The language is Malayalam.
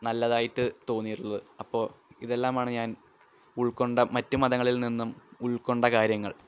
നല്ലതായിട്ട് തോന്നിയിട്ടുള്ളത് അപ്പോള് ഇതെല്ലാമാണ് ഞാൻ ഉൾക്കൊണ്ട മറ്റു മതങ്ങളിൽ നിന്നും ഉൾക്കൊണ്ട കാര്യങ്ങൾ